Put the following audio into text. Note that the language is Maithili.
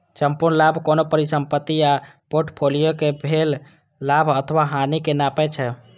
संपूर्ण लाभ कोनो परिसंपत्ति आ फोर्टफोलियो कें भेल लाभ अथवा हानि कें नापै छै